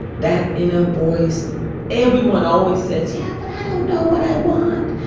that inner voice everyone always says, yeah, but i don't know what i want.